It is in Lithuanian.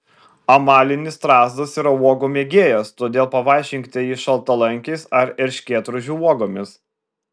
amalinis strazdas yra uogų mėgėjas todėl pavaišinkite jį šaltalankiais ar erškėtrožių uogomis